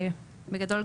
בגדול,